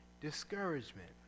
discouragement